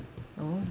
no